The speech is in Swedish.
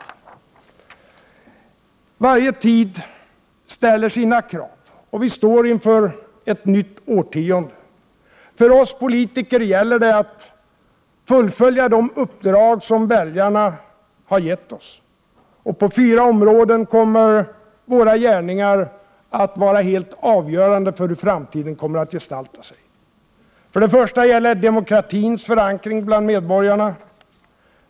Varje tid ställer sina krav, och vi står inför ett nytt årtionde. För oss politiker gäller det att fullfölja de uppdrag som väljarna har gett oss. På fyra områden kommer våra gärningar att vara helt avgörande för hur framtiden kommer att gestalta sig. För det första gäller det demokratins förankring bland medborgarna.